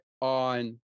on